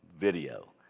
video